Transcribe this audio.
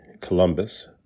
Columbus